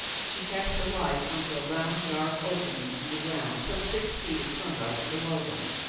she cast the light on to a round dark opening in the ground some six feet in front of and below them.